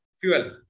fuel